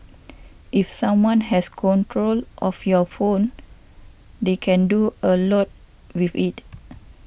if someone has control of your phone they can do a lot with it